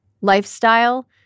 lifestyle